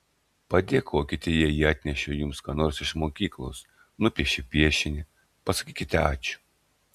padėkokite jei jie atnešė jums ką nors iš mokyklos nupiešė piešinį pasakykite ačiū